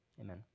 Amen